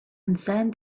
concerned